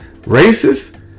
racist